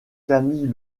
camille